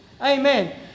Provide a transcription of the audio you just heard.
amen